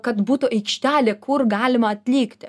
kad būtų aikštelė kur galima atlikti